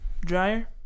Dryer